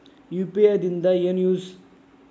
UPI ದಿಂದ ಏನು use?